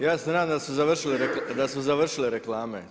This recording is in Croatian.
Ja se nadam da su završile reklame.